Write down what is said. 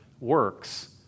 works